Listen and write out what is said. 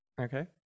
Okay